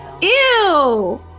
Ew